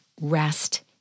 rest